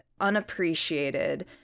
unappreciated